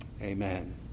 Amen